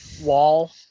wall